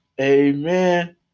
Amen